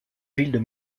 villes